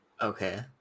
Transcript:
Okay